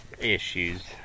Issues